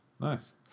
nice